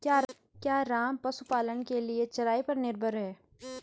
क्या राम पशुपालन के लिए चराई पर निर्भर है?